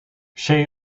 shay